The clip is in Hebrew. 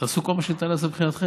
תעשו כל מה שניתן לעשות מבחינתכם,